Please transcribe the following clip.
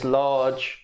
large